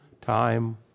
time